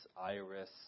Iris